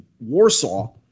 Warsaw